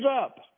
up